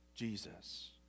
Jesus